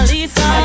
Lisa